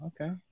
Okay